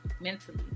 mentally